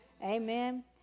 Amen